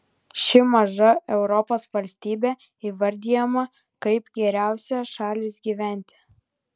ši maža europos valstybė įvardijama kaip geriausia šalis gyventi